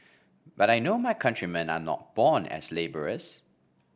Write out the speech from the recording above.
but I know my countrymen are not born as labourers